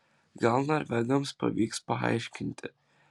gal norvegams pavyks paaiškinti